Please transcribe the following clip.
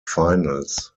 finals